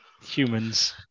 Humans